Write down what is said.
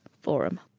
forum